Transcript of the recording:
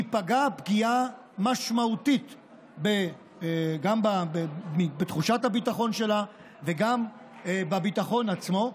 תיפגע פגיעה משמעותית גם בתחושת הביטחון שלה וגם בביטחון עצמו,